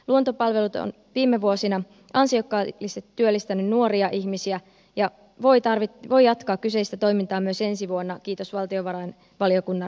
luontopalvelut on viime vuosina ansiok kaasti työllistänyt nuoria ihmisiä ja voi jatkaa kyseistä toimintaa myös ensi vuonna kiitos valtiovarainvaliokunnan lisämäärärahan